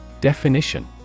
Definition